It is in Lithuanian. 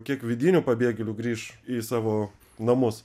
kiek vidinių pabėgėlių grįš į savo namus